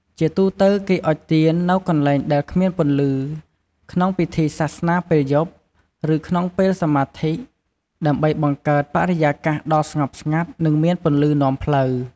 ជាទូទៅគេអុជទៀននៅកន្លែងដែលគ្មានពន្លឺ ក្នុងពិធីសាសនាពេលយប់ ឬក្នុងពេលសមាធិ ដើម្បីបង្កើតបរិយាកាសដ៏ស្ងប់ស្ងាត់ និងមានពន្លឺនាំផ្លូវ។